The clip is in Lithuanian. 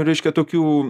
reiškia tokių